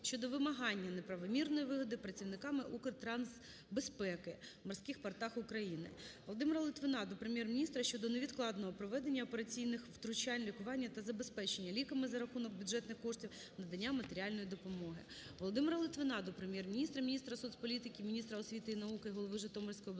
щодо вимагання неправомірної вигоди працівниками Укртрансбезпеки в морських портах України. Володимира Литвина до Прем'єр-міністра щодо невідкладного проведення операційних втручань, лікування та забезпечення ліками за рахунок бюджетних коштів, надання матеріальної допомоги. Володимира Литвина до Прем'єр-міністра, міністра соцполітики, міністра освіти і науки, голови Житомирської обласної